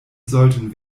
sollten